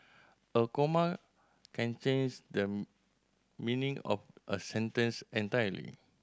a comma can change the meaning of a sentence entirely